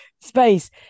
space